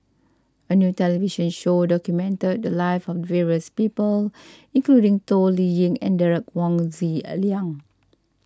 a new television show documented the lives of various people including Toh Liying and Derek Wong Zi Liang